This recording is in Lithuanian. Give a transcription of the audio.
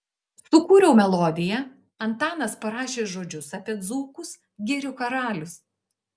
sukūriau melodiją antanas parašė žodžius apie dzūkus girių karalius